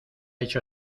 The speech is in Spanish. hecho